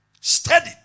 Steady